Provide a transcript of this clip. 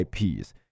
IPs